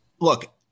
look